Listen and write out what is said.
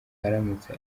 aramutse